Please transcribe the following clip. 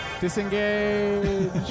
Disengage